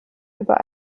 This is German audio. über